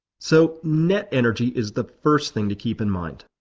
so net energy is the first thing to keep in mind.